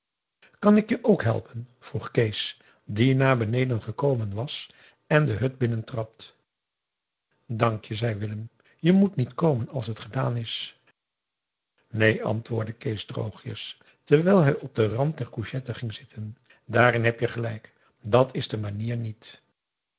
kan ik je ook helpen vroeg kees die naar beneden gekomen was en de hut binnentrad dank je zei willem je moet niet komen als het gedaan is neen antwoordde kees droogjes terwijl hij op den rand der couchette ging zitten daarin heb je gelijk dàt is de manier niet